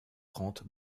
trente